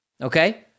Okay